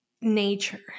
nature